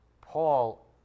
Paul